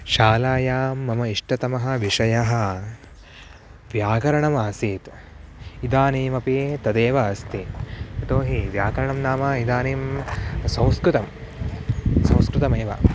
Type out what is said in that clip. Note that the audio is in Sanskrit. शालायां मम इष्टतमः विषयः व्याकरणमासीत् इदानीमपि तदेव अस्ति यतो हि व्याकरणं नाम इदानीं संस्कृतं संस्कृतमेव